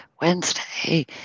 wednesday